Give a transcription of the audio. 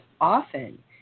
often